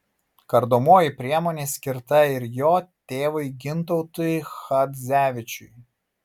kardomoji priemonė skirta ir jo tėvui gintautui chadzevičiui